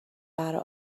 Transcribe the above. برا